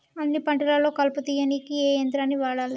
అన్ని పంటలలో కలుపు తీయనీకి ఏ యంత్రాన్ని వాడాలే?